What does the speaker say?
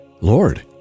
Lord